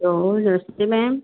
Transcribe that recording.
नमस्ते मैम